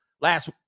last